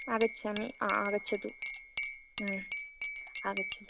आगच्छामि आगच्छतु आगच्छतु